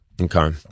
Okay